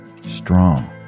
strong